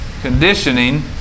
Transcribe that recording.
conditioning